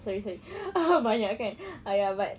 sorry sorry banyak kan !aiya! but